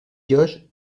josh